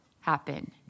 happen